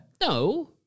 No